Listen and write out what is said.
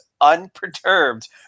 unperturbed